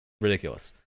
ridiculous